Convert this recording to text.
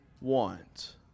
want